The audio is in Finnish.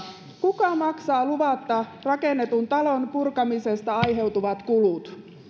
kuka maksaa luvatta rakennetun talon purkamisesta aiheutuvat kulut